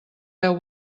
deu